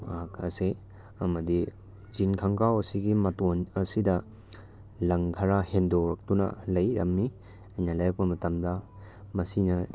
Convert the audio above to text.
ꯑꯃꯗꯤ ꯖꯤꯟ ꯈꯣꯡꯒ꯭ꯔꯥꯎ ꯑꯁꯤꯒꯤ ꯃꯇꯣꯟ ꯑꯁꯤꯗ ꯂꯪ ꯈꯔ ꯍꯦꯟꯗꯣꯔꯛꯇꯨꯅ ꯂꯩꯔꯝꯃꯤ ꯑꯩꯅ ꯂꯩꯔꯛꯄ ꯃꯇꯝꯗ ꯃꯁꯤꯅ